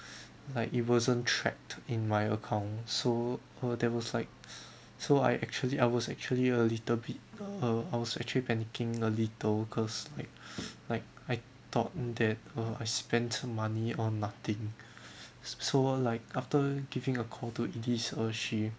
like it wasn't tracked in my account so uh there was like so I actually I was actually a little bit uh I was actually panicking a little cause like like I thought that uh I spent money on nothing s~ so like after giving a call to elise uh she